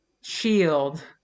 shield